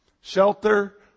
Shelter